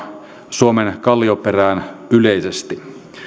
suomen kallioperään yleisesti